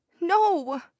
no